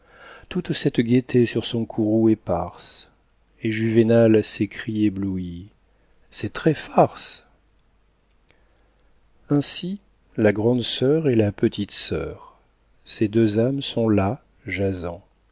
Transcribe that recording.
toute cette gaieté sur son courroux éparse et juvénal s'écrie ébloui c'est très farce ainsi la grande sœur et la petite sœur ces deux âmes sont là jasant